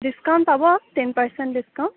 discount পাব ten percent discount